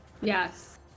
Yes